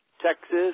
Texas